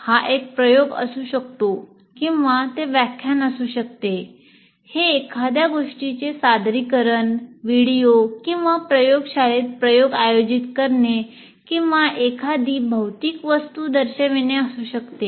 हा एक प्रयोग असू शकतो किंवा ते व्याख्यान असू शकते हे एखाद्या गोष्टीचे सादरीकरण व्हिडिओ किंवा प्रयोगशाळेत प्रयोग आयोजित करणे किंवा एखादी भौतिक वस्तू दर्शविणे असू शकते